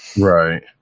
Right